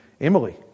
Emily